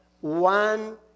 one